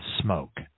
smoke